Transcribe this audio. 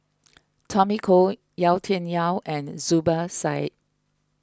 Tommy Koh Yau Tian Yau and Zubir Said